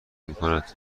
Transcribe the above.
میکند